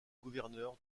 gouverneur